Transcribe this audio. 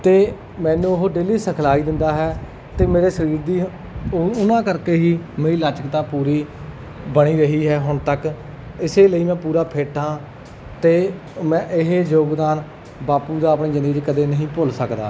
ਅਤੇ ਮੈਨੂੰ ਉਹ ਡੇਲੀ ਸਿਖਲਾਈ ਦਿੰਦਾ ਹੈ ਅਤੇ ਮੇਰੇ ਸਰੀਰ ਦੀ ਉਹ ਉਹਨਾਂ ਕਰਕੇ ਹੀ ਮੇਰੀ ਲਚਕਤਾ ਪੂਰੀ ਬਣੀ ਰਹੀ ਹੈ ਹੁਣ ਤੱਕ ਇਸ ਲਈ ਮੈਂ ਪੂਰਾ ਫਿੱਟ ਹਾਂ ਅਤੇ ਮੈਂ ਇਹ ਯੋਗਦਾਨ ਬਾਪੂ ਦਾ ਆਪਣੀ ਜਿੰਦਗੀ 'ਚ ਕਦੇ ਨਹੀਂ ਭੁੱਲ ਸਕਦਾ